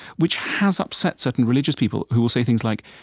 which has upset certain religious people who will say things like,